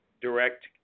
direct